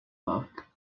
look